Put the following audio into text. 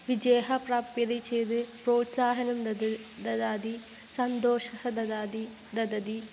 विजयः प्राप्यते चेत् प्रोत्साहं ददाति ददाति सन्तोषः ददाति ददाति